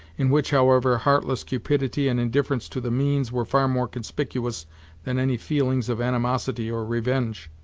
in which, however, heartless cupidity and indifference to the means were far more conspicuous than any feelings of animosity or revenge.